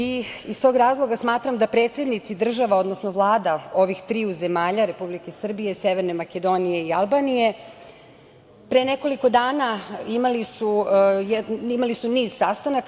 Iz tog razloga smatram da predsednici država, odnosno vlada ovih triju zemalja, Republike Srbije, Severne Makedonije i Albanije, pre nekoliko dana su imali niz sastanaka.